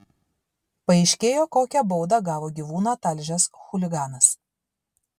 paaiškėjo kokią baudą gavo gyvūną talžęs chuliganas